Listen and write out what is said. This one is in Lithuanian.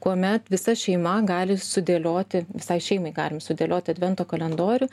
kuomet visa šeima gali sudėlioti visai šeimai galim sudėlioti advento kalendorių